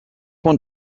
want